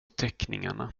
teckningarna